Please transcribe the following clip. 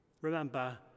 Remember